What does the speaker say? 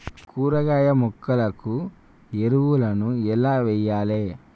కూరగాయ మొక్కలకు ఎరువులను ఎలా వెయ్యాలే?